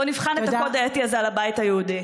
בוא נבחן את הקוד האתי הזה על הבית היהודי.